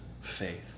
faith